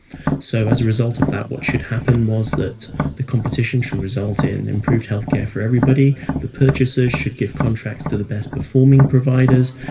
so as a result of that, what should happen was that the competition should result in improved health care for everybody the purchasers should give contracts to the best performing providers,